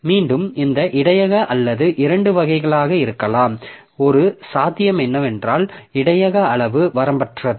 மீண்டும் இந்த இடையக அல்லது இரண்டு வகைகளாக இருக்கலாம் ஒரு சாத்தியம் என்னவென்றால் இடையக அளவு வரம்பற்றது